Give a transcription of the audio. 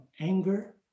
anger